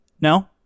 No